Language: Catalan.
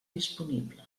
disponible